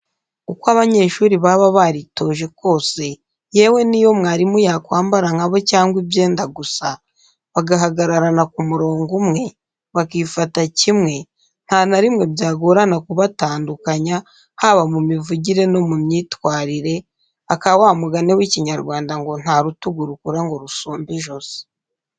Uko abanyeshuri baba baritoje kose, yewe n'iyo mwarimu yakwambara nka bo cyangwa ibyenda gusa, bagahagararana ku murongo umwe, bakifata kimwe, nta na rimwe byagorana kubatandukanya, haba mu mivugire no mu myitwarire; aka wa mugani w'ikinyarwanda ngo: '' Nta rutugu rukura ngo rusumbe ijosi.''